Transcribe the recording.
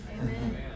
Amen